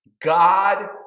God